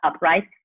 right